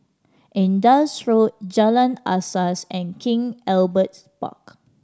Indus Road Jalan Asas and King Albert Park